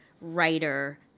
writer